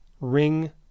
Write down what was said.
ring